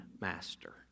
master